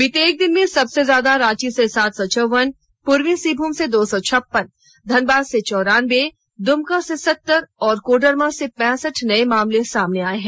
बीते एक दिन में सबसे ज्यादा रांची से सात सौ चौवन पूर्वी सिंहभूम से दो सौ छप्पन धनबाद से चौरान्बे दुमका से सत्तर और कोडरमा से पैंसठ नए मामले सामने आए हैं